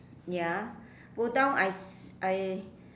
ya go down I s~ I